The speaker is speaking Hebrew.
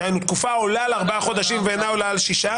דהיינו תקופה העולה על ארבעה חודשים ואינה עולה על שישה חודשים,